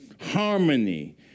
harmony